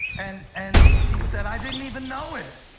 and and she said, i didn't even know it.